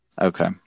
Okay